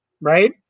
right